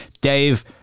Dave